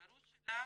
הגרוש שלה,